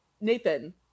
Nathan